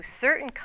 certain